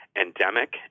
endemic